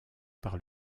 par